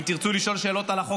אם תרצו לשאול שאלות על החוק,